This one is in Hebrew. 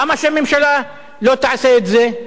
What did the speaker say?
למה שהממשלה לא תעשה את זה?